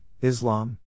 Islam